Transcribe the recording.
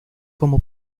como